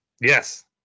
Yes